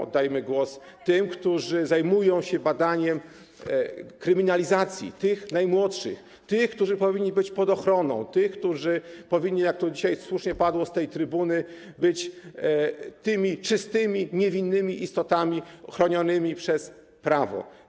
Oddajmy głos tym, którzy zajmują się badaniem kryminalizacji tych najmłodszych, tych, którzy powinni być pod ochroną, tych, którzy powinni, jak tu dzisiaj słusznie padło z tej trybuny, być tymi czystymi, niewinnymi istotami chronionymi przez prawo.